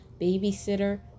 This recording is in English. babysitter